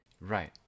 Right